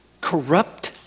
corrupt